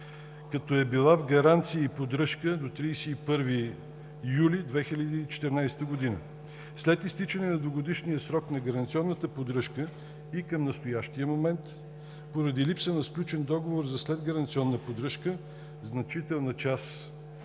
като е била в гаранция и поддръжка до 31 юли 2014 г. След изтичане на двугодишния срок на гаранционната поддръжка и към настоящия момент, поради липса на сключен договор за следгаранционна поддръжка, значителна част